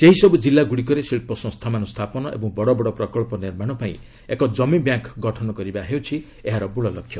ସେହିସବୁ ଜିଲ୍ଲା ଗୁଡ଼ିକରେ ଶିଳ୍ପସଂସ୍ଥାମାନ ସ୍ଥାପନ ଓ ବଡବଡ ପ୍ରକଳ୍ପ ନିର୍ମାଣ ପାଇଁ ଏକ ଜମି ବ୍ୟାଙ୍କ ଗଠନ କରିବା ହେଉଛି ଏହାର ମୂଳଲକ୍ଷ୍ୟ